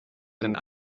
and